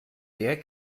der